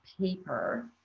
paper